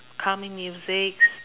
calming musics